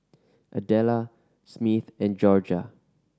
Adela Smith and Jorja